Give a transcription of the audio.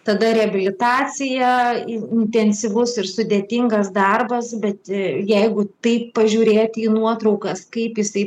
tada reabilitacija intensyvus ir sudėtingas darbas bet jeigu taip pažiūrėti į nuotraukas kaip jisai